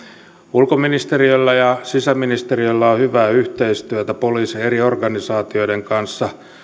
ulkoministeriöllä ja sisäministeriöllä on hyvää yhteistyötä poliisin eri organisaatioiden kanssa